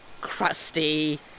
crusty